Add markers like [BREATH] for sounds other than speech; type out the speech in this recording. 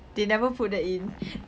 they never put that in [BREATH]